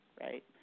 right